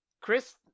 Chris